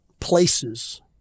places